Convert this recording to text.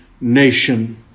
nation